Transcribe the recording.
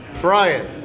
Brian